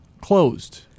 closed